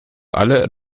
alle